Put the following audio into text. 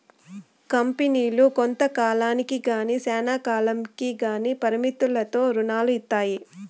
కంపెనీలు కొంత కాలానికి గానీ శ్యానా కాలంకి గానీ పరిమితులతో రుణాలు ఇత్తాయి